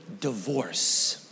divorce